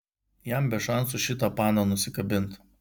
jam be šansų šitą paną nusikabint